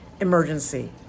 emergency